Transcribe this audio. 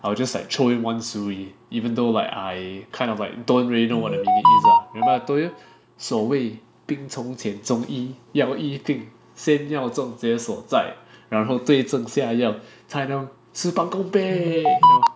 I will just like throw in one 俗语 even though like I kind of like don't really know what it means ah remember I told you 所谓病从浅中医要医病先要症结所在然后对症下药才能事半功倍